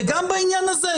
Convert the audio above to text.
וגם בעניין הזה,